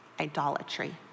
idolatry